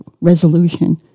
resolution